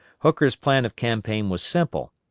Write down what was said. hooker's plan of campaign was simple,